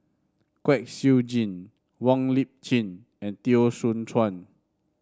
Kwek Siew Jin Wong Lip Chin and Teo Soon Chuan